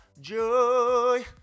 Joy